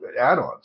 add-ons